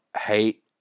hate